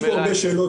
יש הרבה שאלות,